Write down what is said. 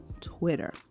Twitter